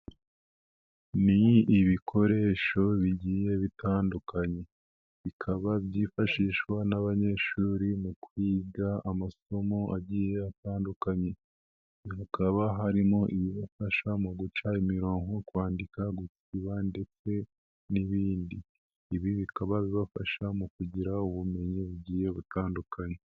Ni ibikoresho bigiye bitandukanye, bikaba byifashishwa n'abanyeshuri mu kwiga amasomo agiye atandukanye, hakaba harimo ibibafasha mu guca imirongo, kwandika, gusiba ndetse n'ibindi, ibi bikaba bibafasha mu kugira ubumenyi bugiye butandukanye.